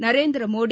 Narendra Modi